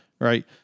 right